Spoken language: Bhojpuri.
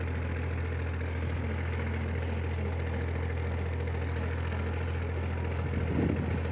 समुंदर में जब ज्वार भाटा आवत बा त सब मछरी किनारे पे आ जाला